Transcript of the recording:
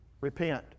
Repent